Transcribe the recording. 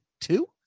two